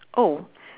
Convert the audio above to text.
oh